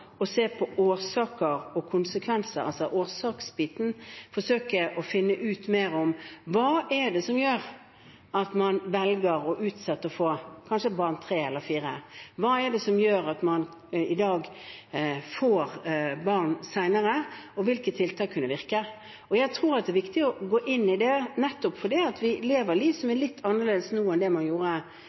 å se på den biten som gjelder årsaker og konsekvenser, forsøke å finne ut mer om hva det er som gjør at man velger å utsette å få barn nummer tre eller fire. Hva er det som gjør at man i dag får barn senere? Hvilke tiltak vil kunne virke? Jeg tror det er viktig å gå inn i det, nettopp fordi vi nå lever liv som er litt annerledes enn det man gjorde